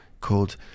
called